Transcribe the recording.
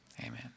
amen